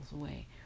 away